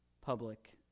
public